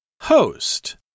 Host